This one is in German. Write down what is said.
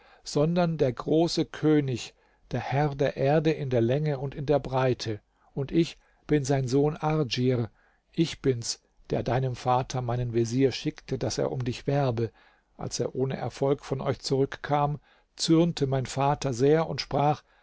sondern der große könig der herr der erde in der länge und in der breite und ich bin sein sohn ardschir ich bin's der deinem vater meinen vezier schickte daß er um dich werbe als er ohne erfolg von euch zurückkam zürnte mein vater sehr und sprach